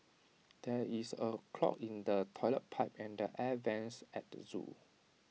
there is A clog in the Toilet Pipe and the air Vents at the Zoo